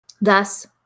thus